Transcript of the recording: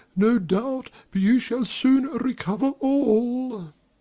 no doubt but you shall soon recover all.